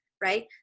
right